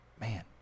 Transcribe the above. man